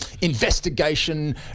investigation